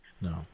no